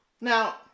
now